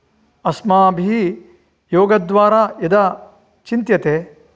अस्माभिः योगद्वारा यदा चिन्त्यते